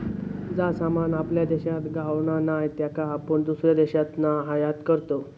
जा सामान आपल्या देशात गावणा नाय त्याका आपण दुसऱ्या देशातना आयात करतव